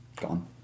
Gone